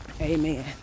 amen